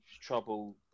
trouble